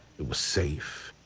it was safe.